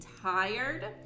tired